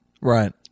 Right